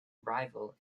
rival